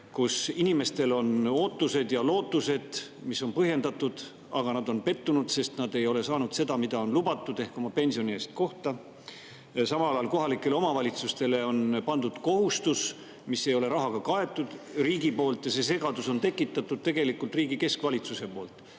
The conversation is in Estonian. kus inimestel on ootused ja lootused, mis on põhjendatud, aga nad on pettunud, sest nad ei ole saanud seda, mida on lubatud, ehk oma pensioni eest kohta. Samal ajal on kohalikele omavalitsustele pandud kohustus, mis ei ole riigi poolt rahaga kaetud. Selle segaduse on tekitanud riigi keskvalitsus.